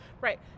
Right